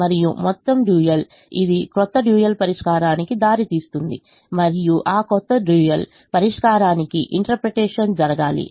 మరియు మొత్తం డ్యూయల్ ఇది క్రొత్త డ్యూయల్ పరిష్కారానికి దారి తీస్తుంది మరియు ఆ కొత్త డ్యూయల్ పరిష్కారానికి ఇంటర్ప్రిటేషన్ జరగాలి